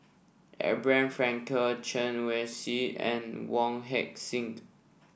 Abraham Frankel Chen Wen Hsi and Wong Heck Sing